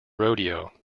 rodeo